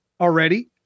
already